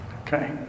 Okay